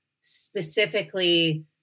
specifically